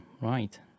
right